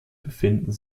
befinden